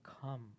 come